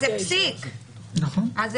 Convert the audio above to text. אין פסיק פה.